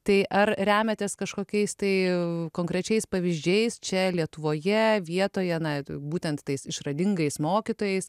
tai ar remiatės kažkokiais tai konkrečiais pavyzdžiais čia lietuvoje vietoje na būtent tais išradingais mokytojais